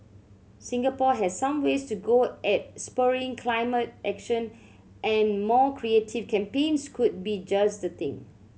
Singapore has some ways to go at spurring climate action and more creative campaigns could be just the thing